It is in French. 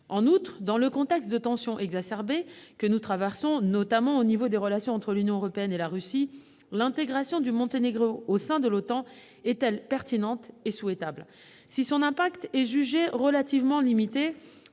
part, dans le contexte de tensions exacerbées que nous traversons, notamment pour ce qui touche aux relations entre l'Union européenne et la Russie, l'intégration du Monténégro au sein de l'OTAN est-elle pertinente et souhaitable ?